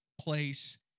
place